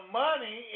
money